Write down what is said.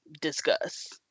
discuss